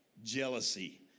jealousy